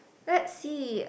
let's see